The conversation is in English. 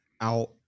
out